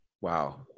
Wow